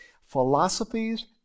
Philosophies